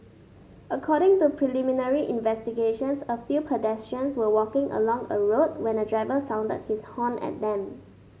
according to preliminary investigations a few pedestrians were walking along a road when a driver sounded his horn at them